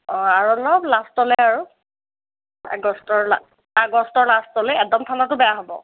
অঁ আৰু অলপ লাষ্টলৈ আৰু আগষ্টৰ লাষ্ট আগষ্টৰ লাষ্টলৈ একদম ঠাণ্ডাতো বেয়া হ'ব